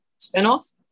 Spinoff